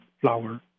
flower